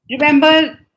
Remember